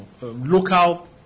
local